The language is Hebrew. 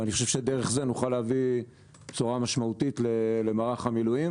ואני חושב שדרך זה נוכל להביא בשורה משמעותית למערך המילואים.